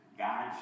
God